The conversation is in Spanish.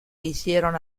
hicieron